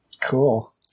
Cool